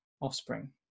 offspring